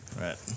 Right